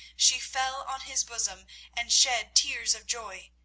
she fell on his bosom and shed tears of joy,